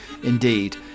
indeed